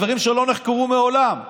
אלה דברים שלא נחקרו מעולם,